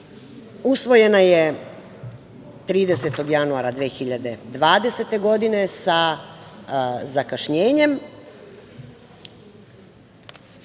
usvojena je 30. januara 2020. godine sa zakašnjenjem.